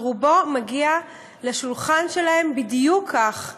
רובו מגיע לשולחן שלהם בדיוק כך,